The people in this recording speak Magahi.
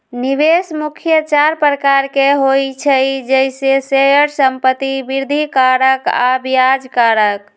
निवेश मुख्य चार प्रकार के होइ छइ जइसे शेयर, संपत्ति, वृद्धि कारक आऽ ब्याज कारक